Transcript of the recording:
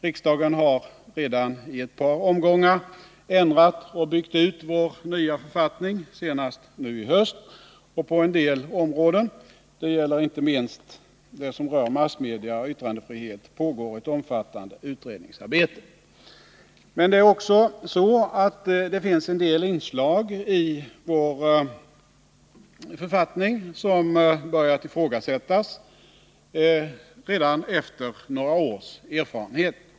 Riksdagen har redan i ett par omgångar ändrat och byggt ut vår författning, senast nu i höst, och på en del områden — det gäller inte minst det som rör massmedia och yttrandefrihet — pågår ett omfattande utredningsarbete. Men det är också så att det finns en del inslag i vår författning som börjat ifrågasättas redan efter några års erfarenhet.